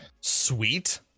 sweet